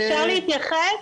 אפשר להתייחס?